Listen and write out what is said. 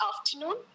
afternoon